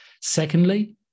Secondly